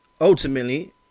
ultimately